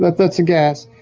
that's a guess.